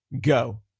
go